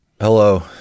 Hello